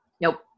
nope